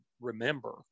remember